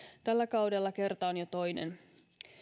tällä kaudella kerta on jo toinen